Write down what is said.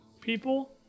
people